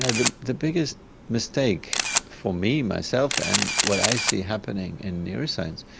and the the biggest mistake for me, myself, and what i see happening in neuroscience,